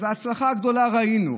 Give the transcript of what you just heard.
אז את ההצלחה הגדולה ראינו.